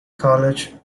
college